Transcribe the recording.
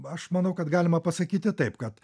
aš manau kad galima pasakyti taip kad